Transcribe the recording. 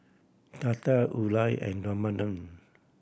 Tata Udai and Ramanand